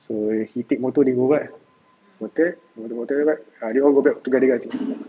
so he take motor then he go back motor back then all go back together